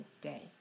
day